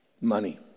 Money